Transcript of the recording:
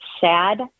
sad